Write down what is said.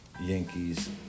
Yankees